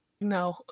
No